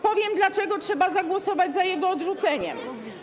powiem, dlaczego trzeba zagłosować za jego odrzuceniem.